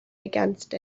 against